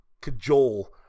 Cajole